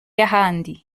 y’ahandi